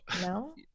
no